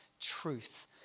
truth